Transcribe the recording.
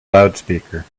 loudspeaker